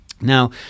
now